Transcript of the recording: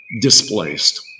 displaced